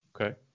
Okay